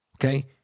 okay